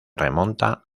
remonta